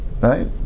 Right